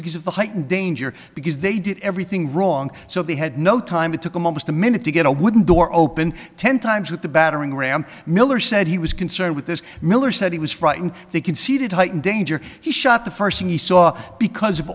because of the heightened danger because they did everything wrong so they had no time it took almost a minute to get a wooden door open ten times with a battering ram miller said he was concerned with this miller said he was frightened they conceded heightened danger he shot the first and he saw because of